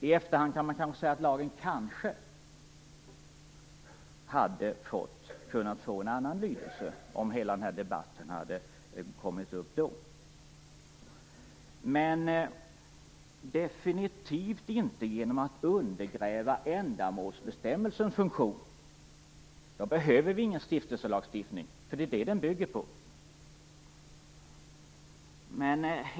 I efterhand kan man kanske säga att lagen eventuellt hade kunnat få en annan lydelse om hela den här debatten hade kommit upp då - men definitivt inte genom att ändamålsbestämmelsens funktion undergrävs. Då behöver vi ingen stiftelselagstiftning eftersom den ju bygger på det.